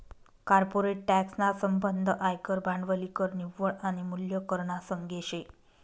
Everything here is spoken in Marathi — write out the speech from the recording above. कॉर्पोरेट टॅक्स ना संबंध आयकर, भांडवली कर, निव्वळ आनी मूल्य कर ना संगे शे